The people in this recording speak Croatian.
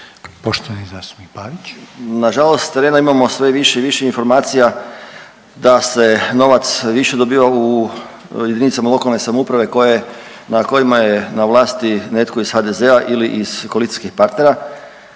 (Socijaldemokrati)** Nažalost s terena imamo sve više i više informacija da se novac više dobiva u jedinicama lokalne samouprave na kojima je na vlasti netko iz HDZ-a ili iz koalicijskih partnera.